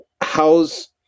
how's